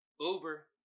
Uber